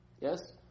Yes